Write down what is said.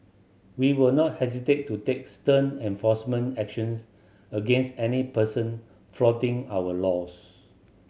we will not hesitate to take stern enforcement actions against any person flouting our laws